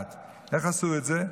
איך עשו את זה?